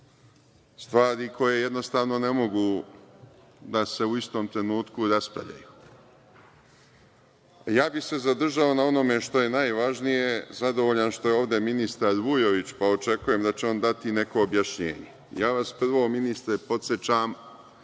stvari koje jednostavno ne mogu da se u istom trenutku raspravljaju. Zadržao bih se na onome što je najvažnije, zadovoljan što je ovde ministar Vujović, pa očekujem da će on dati neko objašnjenje. Ministre, prvo vas podsećam